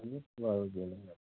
বাৰু